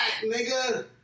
nigga